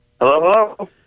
hello